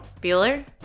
Bueller